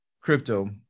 crypto